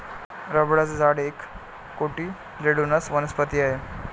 रबराचे झाड एक कोटिलेडोनस वनस्पती आहे